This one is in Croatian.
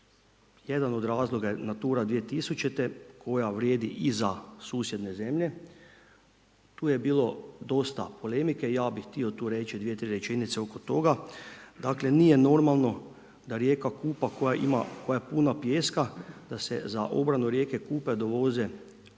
Jedan od razloga je Natura 2000. koja vrijedi i za susjedne zemlje. Tu je bilo dosta polemike, ja bih htio tu reći 2-3 rečenice oko toga. Dakle, nije normalno da rijeka Kupa koja ima, koja je puna pijeska da se za obranu rijeke Kupe dovoze vreće